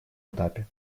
этапе